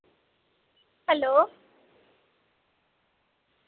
hello